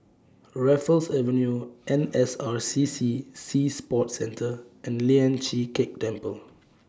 Raffles Avenue N S R C C Sea Sports Centre and Lian Chee Kek Temple